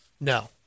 No